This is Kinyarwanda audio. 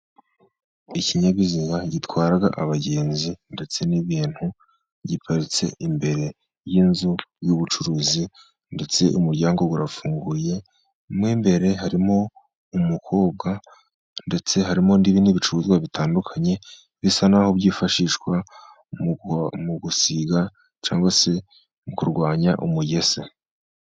Ikinyabiziga gitwarwa abagenzi ndetse n'ibintu, giparitse imbere y'inzu y'ubucuruzi, ndetse umuryango urafunguye, mo imbere harimo umukobwa, ndetse harimo n'ibindi bicuruzwa bitandukanye, bisa n'aho byifashishwa mu gusiga cyangwa se mu kurwanya umugese.